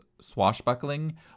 swashbuckling